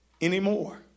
anymore